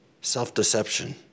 self-deception